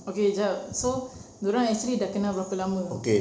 okay kejap so dia orang actually sudah kenal berapa lama